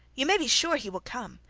you may be sure he will come.